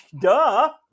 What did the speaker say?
duh